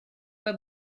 pas